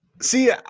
See